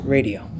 Radio